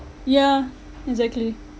yeah exactly